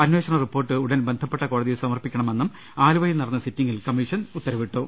അന്വേ ഷണ റിപ്പോർട്ട് ഉടൻ ബന്ധപ്പെട്ട കോടതിയിൽ സമർപ്പിക്കണ മെന്നും ആലുവയിൽ നടന്ന സിറ്റിംഗിൽ കമ്മീഷൻ ഉത്തരവിട്ടു